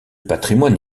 patrimoine